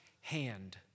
hand